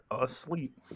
asleep